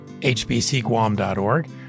hbcguam.org